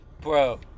Bro